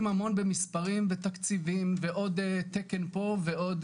המון במספרים בתקציבים ועוד תקן פה ועוד